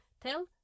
tell